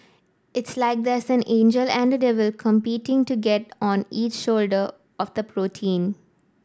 it's like there's an angel and a devil competing to get on each shoulder of the protein